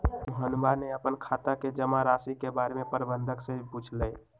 मोहनवा ने अपन खाता के जमा राशि के बारें में प्रबंधक से पूछलय